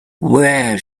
where